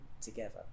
together